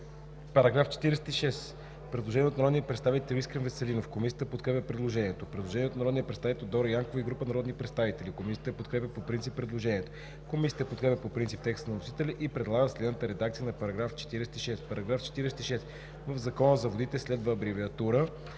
По § 46 има предложение от народния представител Искрен Веселинов. Комисията подкрепя предложението. Предложение от народния представител Дора Янкова и група народни представители. Комисията подкрепя по принцип предложението. Комисията подкрепя по принцип текста на вносителя и предлага следната редакция на § 46: „§ 46. В Закона за водите (обн., ДВ, бр.